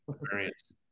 experience